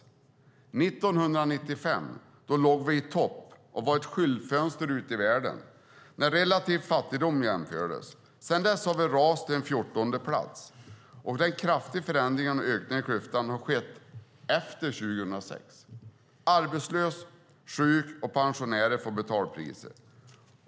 År 1995 låg vi i topp och var ett skyltfönster mot världen när relativ fattigdom jämfördes. Sedan dess har vi rasat till fjortonde plats. Den kraftiga förändringen och ökningen av klyftan har skett efter 2006. Arbetslösa, sjuka och pensionärer får betala priset.